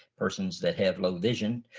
persons that have low vision,